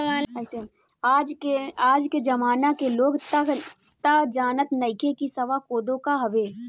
आज के जमाना के लोग तअ जानते नइखे की सावा कोदो का हवे